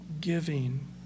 giving